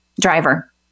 driver